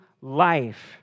life